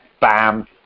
bam